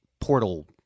portal